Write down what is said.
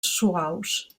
suaus